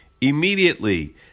Immediately